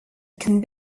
can